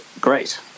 great